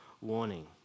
warning